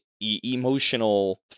emotional